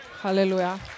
Hallelujah